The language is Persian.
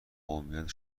قومیت